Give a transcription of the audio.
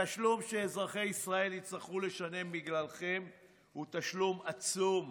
התשלום שאזרחי ישראל יצטרכו לשלם בגללכם הוא תשלום עצום.